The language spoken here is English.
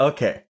Okay